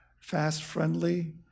fast-friendly